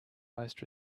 most